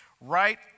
right